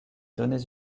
données